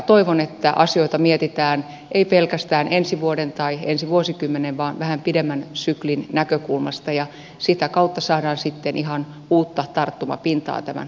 toivon että asioita mietitään ei pelkästään ensi vuoden tai ensi vuosikymmenen vaan vähän pidemmän syklin näkökulmasta ja sitä kautta saadaan sitten ihan uutta tarttumapintaa tämän uudistuksen sisältöihin